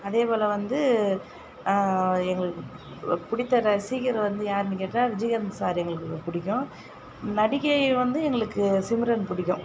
அதே போல வந்து எங்களுக்கு பிடித்த ரசிகர் வந்து யாருன்னு கேட்டால் விஜயகாந்த் சாரு எங்களுக்கு புடிக்கும் நடிகை வந்து எங்களுக்கு சிம்ரன் பிடிக்கும்